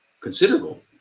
considerable